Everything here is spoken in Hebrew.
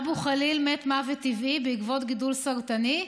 אבו חליל מת מוות טבעי בעקבות גידול סרטני,